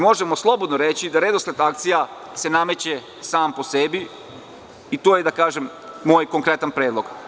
Možemo slobodno reći da redosled akcija se nameće sam po sebi i to je da kažem moj konkretan predlog.